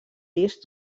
disc